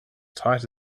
tight